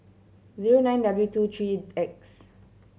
zero nine W two three X